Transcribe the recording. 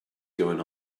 going